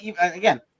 again